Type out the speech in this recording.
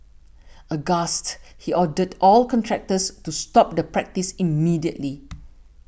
aghast he ordered all contractors to stop the practice immediately